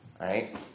right